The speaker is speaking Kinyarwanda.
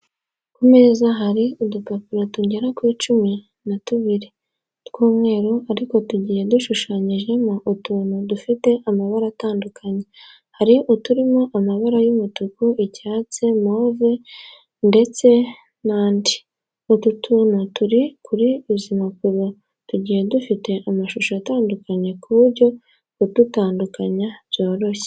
Ku meza hari udupapuro tugera kuri cumi na tubiri tw'umweru ariko tugiye dushushanyijemo utuntu dufite amabara atandukanye. Hari uturimo amabara y'umutuku, icyatsi, move ndetse n'andi. Utu tuntu turi kuri izi mpapuro tugiye dufite amashusho atandukanye ku buryo kudutandukanya byoroshye.